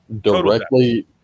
directly